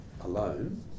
alone